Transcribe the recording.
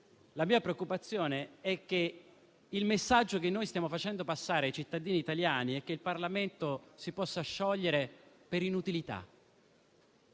La mia preoccupazione è che il messaggio che stiamo facendo passare ai cittadini italiani è che il Parlamento si possa sciogliere per inutilità.